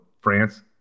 France